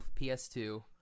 PS2